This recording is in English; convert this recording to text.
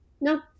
no